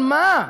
על מה?